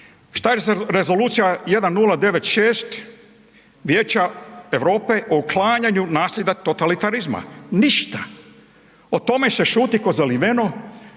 Što je sa Rezolucija 1096. Vijeća Europe o uklanjanju nasljeđa totalitarizma? Ništa. O tome se šuti kao zaliveno.